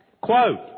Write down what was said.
quote